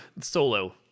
Solo